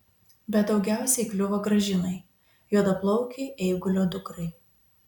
bet daugiausiai kliuvo gražinai juodaplaukei eigulio dukrai